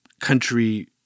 country